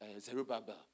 Zerubbabel